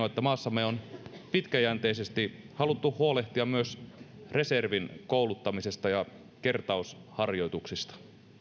että maassamme on pitkäjänteisesti haluttu huolehtia myös reservin kouluttamisesta ja kertausharjoituksista